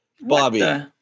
Bobby